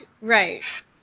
Right